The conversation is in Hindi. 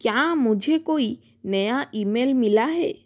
क्या मुझे कोई नया ईमेल मिला है